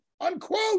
Unquote